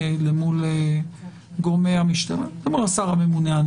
ומול גורמי המשטרה אל מול השר הממונה ככל שצריך,